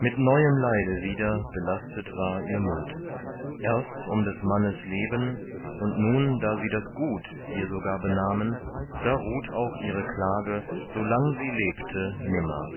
mit neuem leide wieder belastet war ihr mut erst um des mannes leben und nun da sie das gut ihr sogar benahmen da ruht auch ihre klage so lang sie lebte nimmer